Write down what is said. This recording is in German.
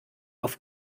auf